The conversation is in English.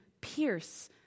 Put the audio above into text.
pierce